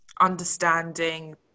understanding